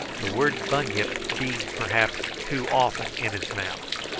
the word bunyip being perhaps too often in his mouth.